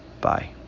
Bye